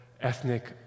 ethnic